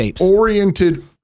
oriented